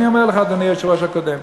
אני אומר לך, אדוני, היושב-ראש הקודם,